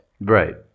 Right